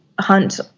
hunt